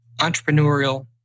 entrepreneurial